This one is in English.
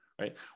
right